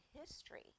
history